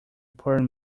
porn